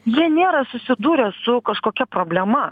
jie nėra susidūrę su kažkokia problema